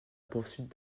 poursuite